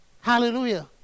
Hallelujah